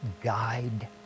guide